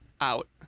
out